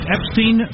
Epstein